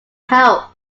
help